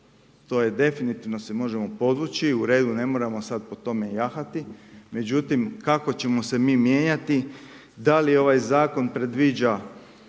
To je definitivno se možemo podvući, u redu, ne moramo sada po tome jahati, međutim, kako ćemo se mi mijenjati da li ovaj zakon predviđa